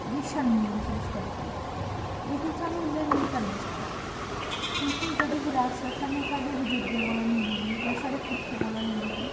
गी शर्म महसूस करदे लेकिन सानूं इंया नेईं करना चाहिदा क्योंकि जेहड़ी विरासत सानूं साढ़े बजुरगें कोला मिली दी जां साढ़े पुरखें कोला मिली दी